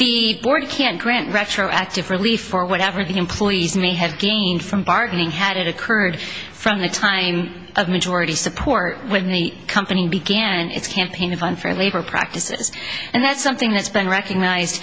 the board can't grant retroactive relief or whatever the employees may have gained from bargaining had occurred from the time of majority support when the company began its campaign of unfair labor practices and that's something that's been recognized